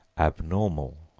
abnormal,